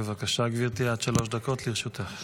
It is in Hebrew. בבקשה, גברתי, עד שלוש דקות לרשותך.